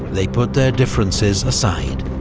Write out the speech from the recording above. they put their differences aside.